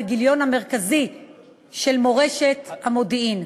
בגיליון המרכז למורשת המודיעין,